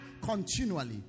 Continually